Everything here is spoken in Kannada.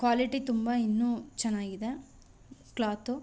ಕ್ವಾಲಿಟಿ ತುಂಬ ಇನ್ನೂ ಚೆನ್ನಾಗಿದೆ ಕ್ಲಾತು